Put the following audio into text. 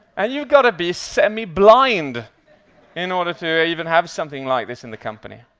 and you've got to be semi-blind in order to even have something like this in the company.